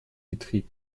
betrieb